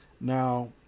Now